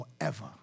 forever